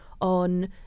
on